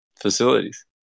facilities